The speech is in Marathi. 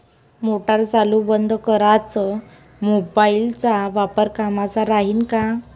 मोटार चालू बंद कराच मोबाईलचा वापर कामाचा राहीन का?